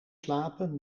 slapen